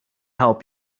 help